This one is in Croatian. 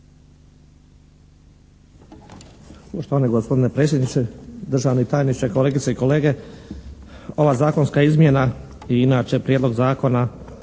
uvijek